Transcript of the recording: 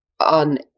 on